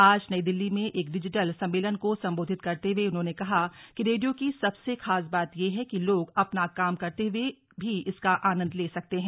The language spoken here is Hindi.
आज नई दिल्ली में एक डिजिटल सम्मेलन को संबोधित करते हुए उन्होंने कहा कि रेडियो की सबसे खास बात यह है कि लोग अपना काम करते हुए भी इसका आनंद ले सकते हैं